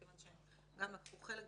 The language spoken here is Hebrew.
מכיוון שגם הם לקחו חלק.